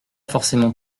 forcément